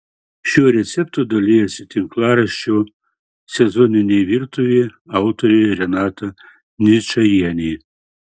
šiuo receptu dalijasi tinklaraščio sezoninė virtuvė autorė renata ničajienė